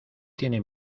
tiene